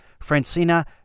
Francina